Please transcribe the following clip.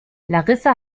larissa